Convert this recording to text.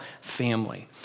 family